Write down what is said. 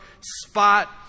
spot